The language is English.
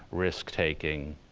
risk-taking.